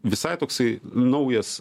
visai toksai naujas